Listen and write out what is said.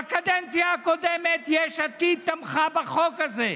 בקדנציה הקודמת יש עתיד תמכה בחוק הזה.